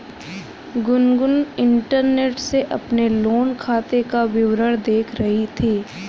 Gungun internet से अपने loan खाते का विवरण देख रही थी